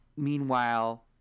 Meanwhile